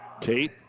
Kate